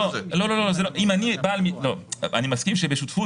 אני נראה לך אחד שבורח?